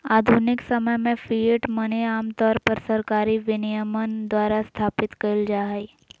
आधुनिक समय में फिएट मनी आमतौर पर सरकारी विनियमन द्वारा स्थापित कइल जा हइ